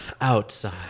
Outside